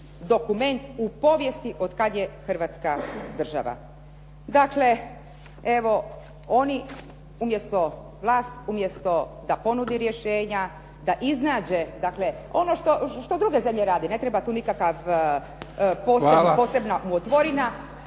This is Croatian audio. dokument u povijesti od kada je Hrvatska država. Dakle, evo oni umjesto vlast da ponudi rješenja, da iznađe ono što druge zemlje rade, ne treba tu nikakav posebna rukotvorina.